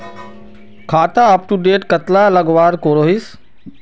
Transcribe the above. खाता अपटूडेट कतला लगवार करोहीस?